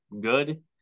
good